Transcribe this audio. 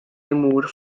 jmur